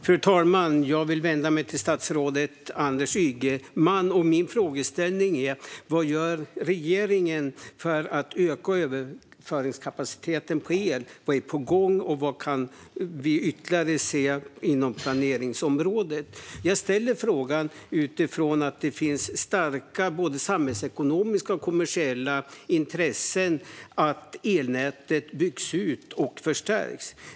Fru talman! Jag vill vända mig till statsrådet Anders Ygeman. Min frågeställning är: Vad gör regeringen för att öka överföringskapaciteten för el? Vad är på gång, och vad kan vi ytterligare se inom planeringsområdet? Jag ställer frågan utifrån att det finns starka samhällsekonomiska och kommersiella intressen i att elnätet byggs ut och förstärks.